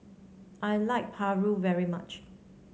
I like paru very much